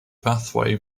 pathway